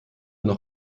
noch